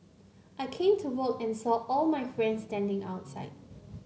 I came to work and saw all my friends standing outside